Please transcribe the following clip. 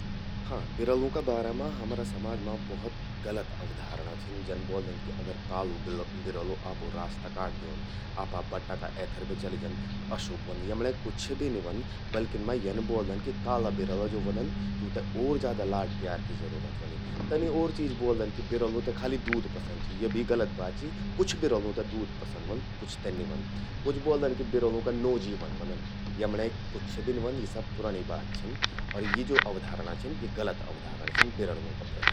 हां..बिरल़ूं का बारा मां हमरा समाज मां भौत गलत अवधारणा छिन। जन ब्वोल्दन छिन कि काल़ू बिरल़ू आपो रास्ता रकाट द्योंद, आपा बट्टा का एथर बे चलि जंद, अशुभ ह्वंद। यमण्यें कुछ भि नि ह्वंद। बल्किन मां यन ब्वोंल़्दन कि काल़ू बिरल़ू ज्वो ह्वंद, तूंते और भी ज्यादा लाड प्यार कि जरूरत ह्वोंदि। तनि और चीज ब्वोंदन कि बिरल़ूं ते खाली दूध पसंद चि, या भि गलत बात चि। कुछ बिरल़ूं ते दूध पसंद ह्वोंद, कुछ ते नि ह्वंद। कुछ ब्वोल्दन कि बिरल़ूं का नौ जीवन ह्वोंदन। यमण्यें कुछ भि नी ह्वोंद, यि सब पुरणि बात छिन। यि ज्वो अवधारणा छिन, गलत अवधारणा छिन बिरल़ूं का प्रति।